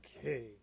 Okay